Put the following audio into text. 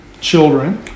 children